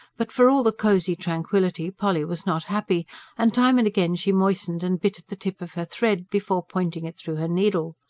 but, for all the cosy tranquillity, polly was not happy and time and again she moistened and bit at the tip of her thread, before pointing it through her needle.